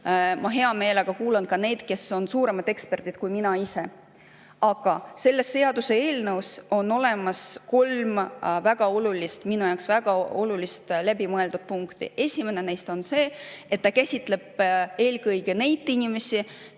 ma hea meelega kuulan ka neid, kes on suuremad eksperdid kui mina ise. Aga selles seaduseelnõus on olemas kolm minu jaoks väga olulist läbimõeldud punkti. Esimene neist on see, et see käsitleb eelkõige neid inimesi,